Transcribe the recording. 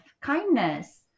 kindness